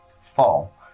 fall